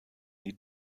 die